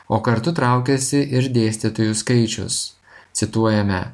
o kartu traukiasi ir dėstytojų skaičius cituojame